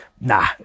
nah